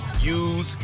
use